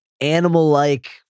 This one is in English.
animal-like